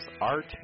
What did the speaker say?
art